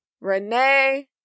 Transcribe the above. Renee